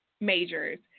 majors